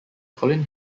colin